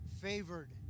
favored